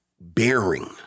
bearing